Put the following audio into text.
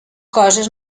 coses